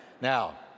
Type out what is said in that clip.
Now